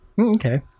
Okay